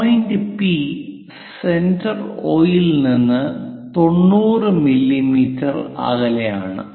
point P centre O യിൽ നിന്ന് 90 millimetre അകലെയാണ്